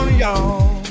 y'all